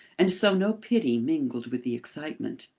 and so no pity mingled with the excitement.